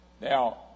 Now